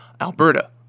Alberta